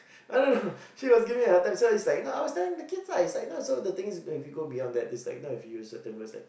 I don't know she was giving me a hard time so it's like you know I was telling the kids ah it's like you know the thing is if you go beyond that you know if you use certain words like